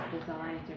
designs